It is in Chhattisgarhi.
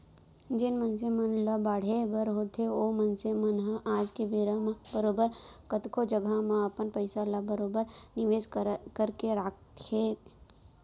जेन मनसे मन ल बाढ़े बर होथे ओ मनसे मन ह आज के बेरा म बरोबर कतको जघा म अपन पइसा ल बरोबर निवेस करके राखथें